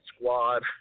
squad